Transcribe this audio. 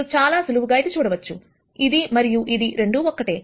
మీరు చాలా సులువుగా చూడవచ్చు ఇది మరియు ఇది రెండు ఒక్కటే